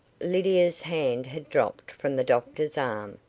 lydia's hand had dropped from the doctor's arm,